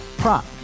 Prop